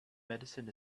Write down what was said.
medicine